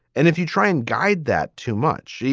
and if you try and guide that too much, yeah